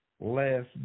last